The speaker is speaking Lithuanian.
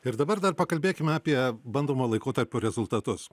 ir dabar dar pakalbėkime apie bandomojo laikotarpio rezultatus